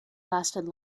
lasted